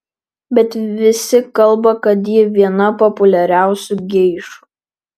bet visi kalba kad ji viena populiariausių geišų